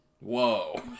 Whoa